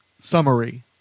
summary